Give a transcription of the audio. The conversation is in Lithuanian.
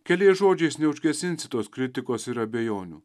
keliais žodžiais neužgesinsi tos kritikos ir abejonių